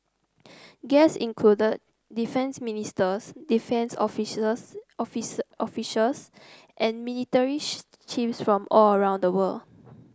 guests included defence ministers defence officials and military chiefs from all around the world